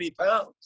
pounds